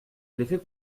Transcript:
l’effet